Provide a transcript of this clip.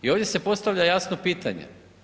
I ovdje se postavlja jasno pitanje.